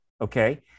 okay